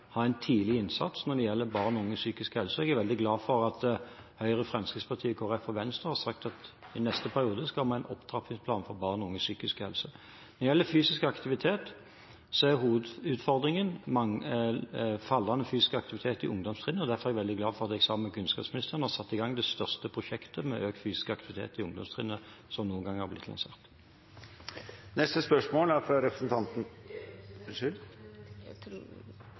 tidlig innsats når det gjelder barn og unges psykiske helse, og jeg er veldig glad for at Høyre, Fremskrittspartiet, Kristelig Folkeparti og Venstre har sagt at i neste periode skal vi ha en opptrappingsplan for barn og unges psykiske helse. Når det gjelder fysisk aktivitet, er hovedutfordringen fallende fysisk aktivitet på ungdomstrinnet. Derfor er jeg veldig glad for at jeg, sammen med kunnskapsministeren, har satt i gang det største prosjektet med økt fysisk aktivitet på ungdomstrinnet som noen gang har blitt lansert. I tillegg til det statsråden nevner, er